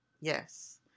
yes